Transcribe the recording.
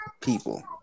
people